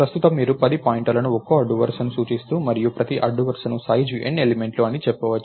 ప్రస్తుతం మీరు 10 పాయింటర్లను ఒక్కో అడ్డు వరుసను సూచిస్తూ మరియు ప్రతి అడ్డు వరుసను సైజు N ఎలిమెంట్లు అని చెప్పవచ్చు